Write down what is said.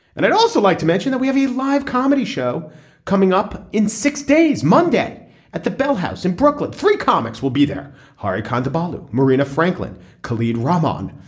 and i'd also like to mention that we have a live comedy show coming up in six days monday at the bell house in brooklyn. three comics will be there. hari kondabolu marina franklin co-lead rahman.